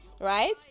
right